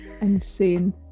insane